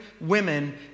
women